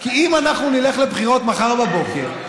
כי אם אנחנו נלך לבחירות מחר בבוקר,